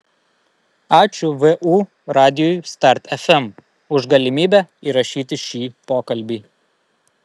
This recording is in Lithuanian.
ačiū vu radijui start fm už galimybę įrašyti šį pokalbį